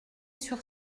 sur